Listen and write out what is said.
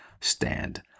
stand